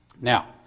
Now